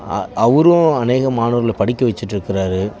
அவரும் அநேக மாணவர்களை படிக்க வச்சிகிட்டு இருக்குறார்